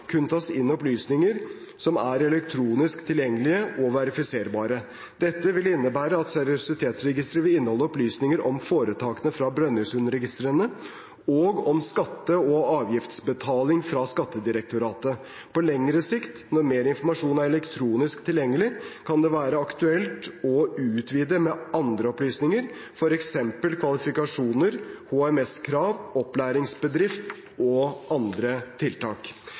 kun tas inn opplysninger som er elektronisk tilgjengelige og verifiserbare. Dette vil innebære at seriøsitetsregisteret vil inneholde opplysninger om foretakene fra Brønnøysundregistrene og om skatte- og avgiftsbetaling fra Skattedirektoratet. På lengre sikt, når mer informasjon er elektronisk tilgjengelig, kan det være aktuelt å utvide med andre opplysninger, f.eks. om kvalifikasjoner, HMS-krav, opplæringsbedrift og andre tiltak.